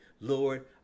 Lord